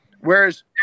Whereas